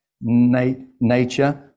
nature